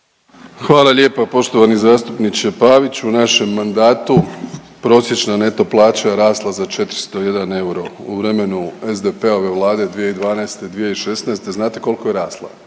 Hvala lijepa poštovani zastupniče Pavić, u našem mandatu prosječna neto plaća je rasla za 401 euro, u vremenu SDP-ove Vlade 2012.-2016. znate kolko je rasla?